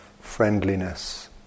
friendliness